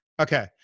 Okay